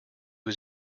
was